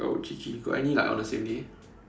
oh G_G got any like on the same day